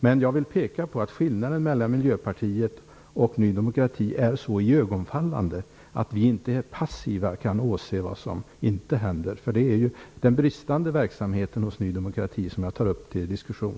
Jag vill dock peka på att skillnaden mellan Miljöpartiet och Ny demokrati är så iögonfallande att vi inte passiva kan åse vad som inte händer. Det är ju den bristande verksamheten hos Ny demokrati som jag tar upp till diskussion.